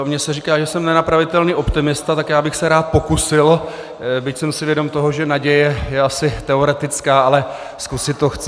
O mně se říká, že jsem nenapravitelný optimista, tak já bych se rád pokusil, byť jsem si vědom toho, že naděje je asi teoretická, ale zkusit to chci.